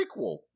prequel